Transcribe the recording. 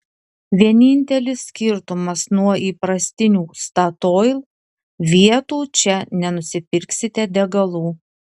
vienintelis skirtumas nuo įprastinių statoil vietų čia nenusipirksite degalų